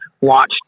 watch